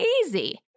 easy